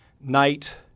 Night